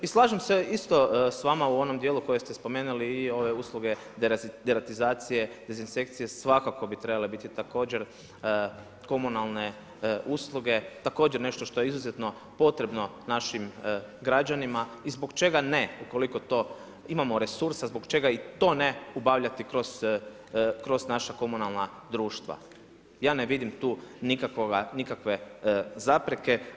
I slažem se isto s vama u onom dijelu u kojem ste spomenuli i ove usluge deratizacije, dezinsekcije svakako bi trebale biti također komunalne usluge, također nešto što je izuzetno potrebno našim građanima i zbog čega ne ukoliko to, imamo resursa, zbog čega i to ne obavljati kroz naša komunalna društva ja ne vidim tu nikakve zapreke.